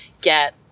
get